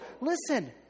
listen